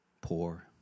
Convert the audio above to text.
Poor